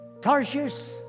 Tarshish